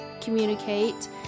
communicate